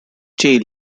jail